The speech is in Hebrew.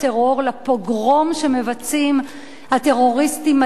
לפוגרום שמבצעים הטרוריסטים היהודים,